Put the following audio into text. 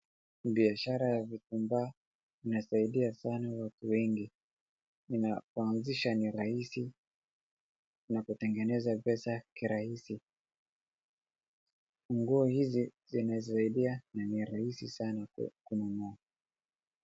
Biashara ya mitumba inasaidia sana watu wengi. Inapoanzisha ni rahisi na kutengeneza pesa ki rahisi. Nguo hizi zinasaidia na ni rahisi sana kununua.